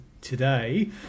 today